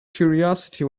curiosity